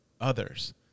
others